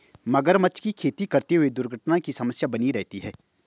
मगरमच्छ की खेती करते हुए दुर्घटना की समस्या बनी रहती है